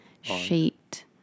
sheet